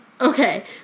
Okay